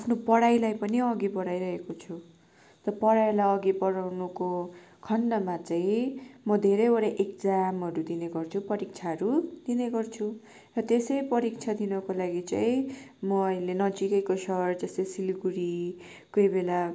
आफ्नो पढाइलाई पनि अघि बढाइरहेको छु तर पढाइलाई अघि बढाउनुको खण्डमा चाहिँ म धेरैवटा इकजामहरू दिने गर्छु परीक्षाहरू दिने गर्छु र त्यसै परीक्षा दिनको लागि चाहिँ म अहिले नजिकैको सहर जस्तै सिलगढी कोही बेला